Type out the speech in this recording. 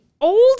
old